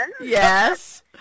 Yes